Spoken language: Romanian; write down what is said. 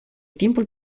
timpul